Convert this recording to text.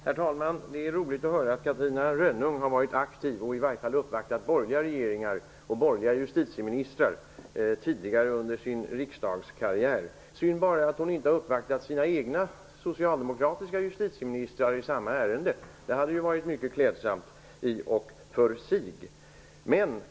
Herr talman! Det är roligt att höra att Catarina Rönnung har varit aktiv och i varje fall uppvaktat borgerliga regeringar och justitieministrar tidigare under sin riksdagskarriär. Synd bara att hon inte har uppvaktat sina egna, socialdemokratiska justitieministrar i samma ärende. Det hade varit klädsamt i och för sig.